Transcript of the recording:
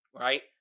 right